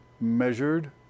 measured